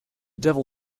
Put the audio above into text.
devil